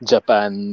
Japan